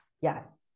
Yes